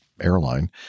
airline